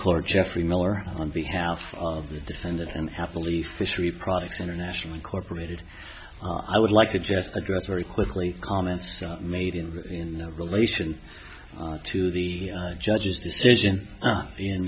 court jeffrey miller on behalf of the defendant and happily fishery products international incorporated i would like to just address very quickly comments made him in relation to the judge's decision in